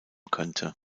könnte